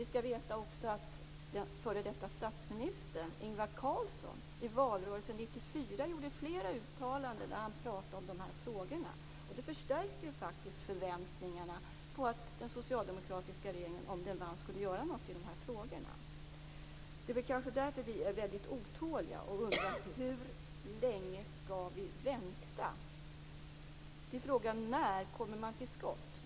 Vi skall också veta att f.d. statsministern Ingvar Carlsson i valrörelsen 1994 gjorde flera uttalanden när han pratade om de frågorna. Det förstärkte förväntningarna på att regeringen skulle göra någonting i de här frågorna om Det kanske är därför som vi är väldigt otåliga och undrar hur länge vi skall vänta på att man kommer till skott.